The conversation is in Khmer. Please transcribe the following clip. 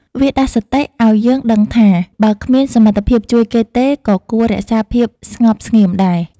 វាដាស់សតិឱ្យយើងដឹងថា បើគ្មានសមត្ថភាពជួយគេទេ ក៏គួររក្សាភាពស្ងប់ស្ងៀមដែរ។